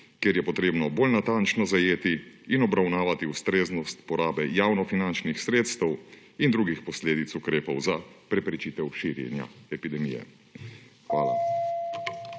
kjer je potrebno bolj natančno zajeti in obravnavati ustreznost porabe javnofinančnih sredstev in drugih posledic ukrepov za preprečitev širjenja epidemije. Hvala.